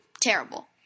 Terrible